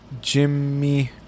Jimmy